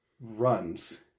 runs